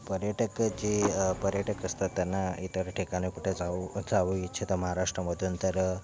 पर्यटक जे पर्यटक असतात त्यांना इतर ठिकाणी कुठे जाऊ जाऊ इच्छितात महाराष्ट्रामधून तर